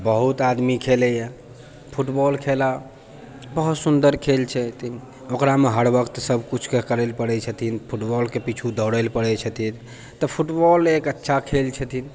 बहुत आदमी खेलैए फुटबॉल खेला बहुत सुन्दर खेल छथिन ओकरामे हर वक्त सबकिछु करऽ पड़ै छथिन फुटबॉलके पीछू दौड़ै पड़ै छथिन तऽ फुटबॉल एक अच्छा खेल छथिन